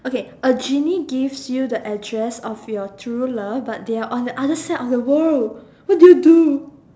okay a genie gives you the address of your true love but they are on the other side of the world what do you do